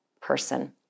person